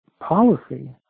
policy